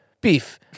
Beef